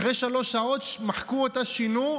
אחרי שלוש שעות מחקו אותה, שינו: